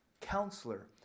Counselor